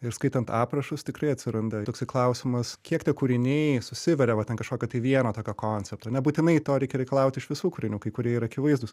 ir skaitant aprašus tikrai atsiranda toksai klausimas kiek tie kūriniai susiveria vat ant kažkokio tai vieno tokio koncepto nebūtinai to reikia reikalauti iš visų kūrinių kai kurie yra akivaizdūs